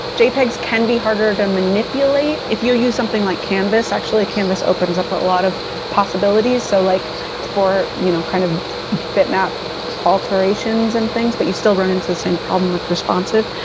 jpeg's can be harder to manipulate. if you use something like canvas, actually canvas opens up a lot of possibilities. so like for you know kind of bitmap alterations and things, but you still run into the same problem with responsive.